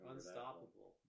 Unstoppable